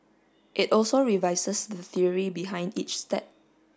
it also revises the theory behind each step